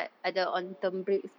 oh